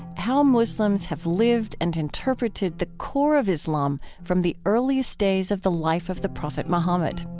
how muslims have lived and interpreted the core of islam from the earliest days of the life of the prophet muhammad.